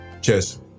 Cheers